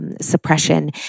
suppression